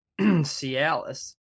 Cialis